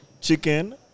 Chicken